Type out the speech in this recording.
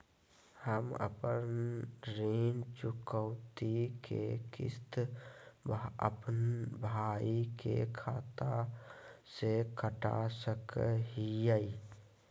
हम अपन ऋण चुकौती के किस्त, अपन भाई के खाता से कटा सकई हियई?